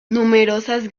numerosas